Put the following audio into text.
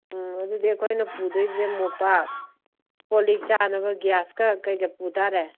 ꯎꯝ ꯑꯗꯨꯗꯤ ꯑꯩꯈꯣꯏꯅ ꯄꯨꯗꯣꯏꯁꯦ ꯃꯣꯝꯄꯥꯛ ꯀꯣꯟ ꯂꯤꯛ ꯆꯥꯅꯕ ꯒ꯭ꯌꯥꯁꯀ ꯀꯩꯒ ꯄꯨ ꯇꯥꯔꯦ